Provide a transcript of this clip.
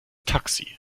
taxi